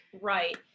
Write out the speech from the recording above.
Right